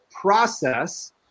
process